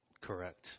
Correct